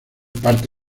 parte